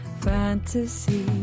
fantasy